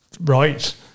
right